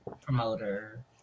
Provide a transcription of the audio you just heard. promoter